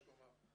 יש לומר.